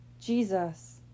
Jesus